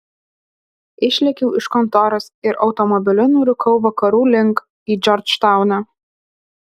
išlėkiau iš kontoros ir automobiliu nurūkau vakarų link į džordžtauną